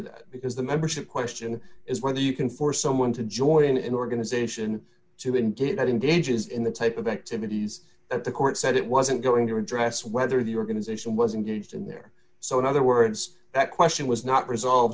that because the membership question is whether you can force someone to join an organization to engage that engages in the type of activities that the court said it wasn't going to address whether the organization was engaged in there so in other words that question was not resolved